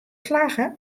slagge